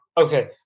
Okay